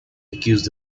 accused